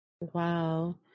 Wow